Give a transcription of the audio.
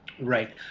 Right